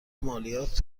مالیات